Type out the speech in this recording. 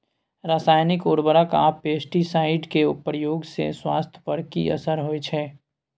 रसायनिक उर्वरक आ पेस्टिसाइड के प्रयोग से स्वास्थ्य पर कि असर होए छै?